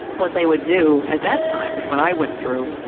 what they would do at that time when i went through,